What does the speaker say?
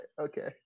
Okay